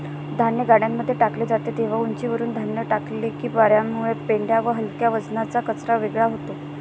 धान्य गाड्यांमध्ये टाकले जाते तेव्हा उंचीवरुन धान्य टाकले की वार्यामुळे पेंढा व हलक्या वजनाचा कचरा वेगळा होतो